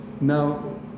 now